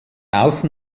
außen